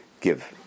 give